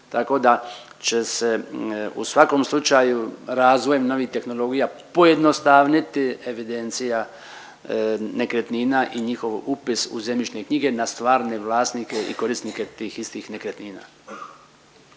tako da će se u svakom slučaju razvojem novih tehnologija pojednostavniti evidencija nekretnina i njihov upis u zemljišne knjige na stvarne vlasnike i korisnike tih istih nekretnina.